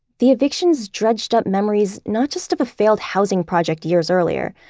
the evictions dredged up memories, not just of a failed housing project years earlier,